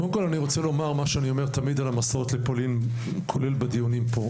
אני רוצה לומר שאני אומר תמיד על המסעות לפולין כולל בדיונים כאן.